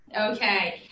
Okay